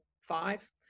five